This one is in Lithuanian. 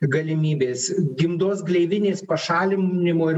galimybės gimdos gleivinės pašalinimo ir